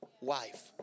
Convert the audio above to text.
wife